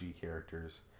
characters